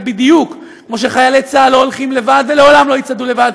ובדיוק כמו שחיילי צה"ל לא הולכים לבד ולעולם לא יצעדו לבד,